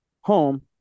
home